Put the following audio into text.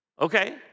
Okay